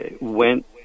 went